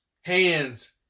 hands